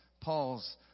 Paul's